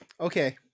okay